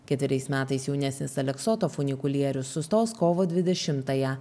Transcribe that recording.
ketveriais metais jaunesnis aleksoto funikulierius sustos kovo dvidešimtąją